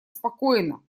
спокойно